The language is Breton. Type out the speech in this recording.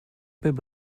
pep